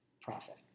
profit